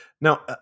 Now